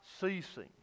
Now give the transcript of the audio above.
ceasing